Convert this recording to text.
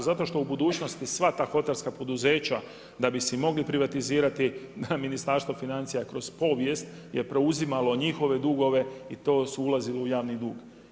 Zato što u budućnosti, sva ta hotelska poduzeća, da bi se mogli privatizirati, Ministarstvo financija je kroz povijest je preuzimalo njihove dugove i to su ulazili u javni dug.